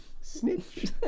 snitch